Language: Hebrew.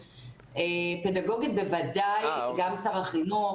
פדגוגית בוודאי גם שר החינוך,